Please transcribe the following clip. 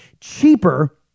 cheaper